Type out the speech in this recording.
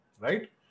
right